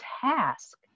task